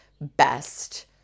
best